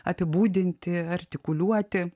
apibūdinti artikuliuoti